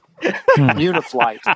Uniflight